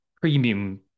premium